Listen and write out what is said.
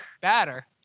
batter